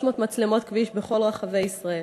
300 מצלמות כביש בכל רחבי ישראל.